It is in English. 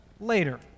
later